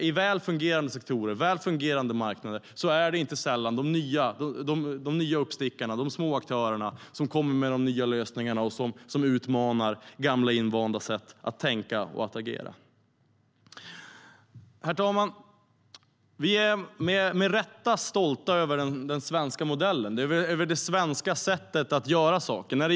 I väl fungerande sektorer och på väl fungerande marknader är det inte sällan de nya uppstickarna, de små aktörerna, som kommer med de nya lösningarna och utmanar gamla invanda sätt att tänka och agera. Herr talman! Vi är med rätta stolta över den svenska modellen och det svenska sättet att göra saker.